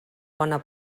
bona